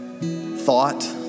thought